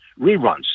reruns